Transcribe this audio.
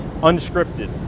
unscripted